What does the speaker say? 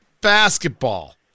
basketball